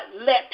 let